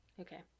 Okay